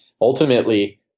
ultimately